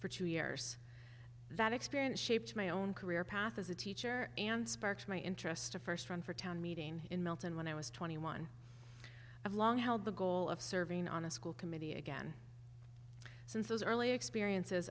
for two years that experience shaped my own career path as a teacher and sparked my interest a first run for town meeting in milton when i was twenty one have long held the goal of serving on a school committee again since those early experiences